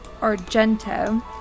Argento